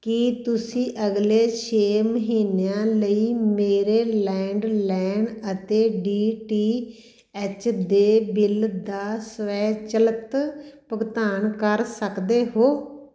ਕੀ ਤੁਸੀਂਂ ਅਗਲੇ ਛੇ ਮਹੀਨਿਆਂ ਲਈ ਮੇਰੇ ਲੈਂਡਲਾਈਨ ਅਤੇ ਡੀ ਟੀ ਐਚ ਦੇ ਬਿੱਲ ਦਾ ਸਵੈਚਲਿਤ ਭੁਗਤਾਨ ਕਰ ਸਕਦੇ ਹੋ